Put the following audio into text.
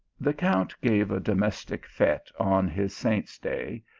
the count gave a domestic fete on his saint s day,